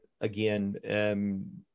again